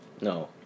No